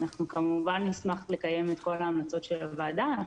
בקשה כזו אנחנו נשמח לקיים את כל ההמלצות של הוועדה.